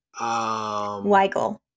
Weigel